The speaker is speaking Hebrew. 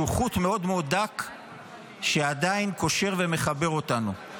חוט מאוד מאוד דק שעדיין קושר ומחבר אותנו.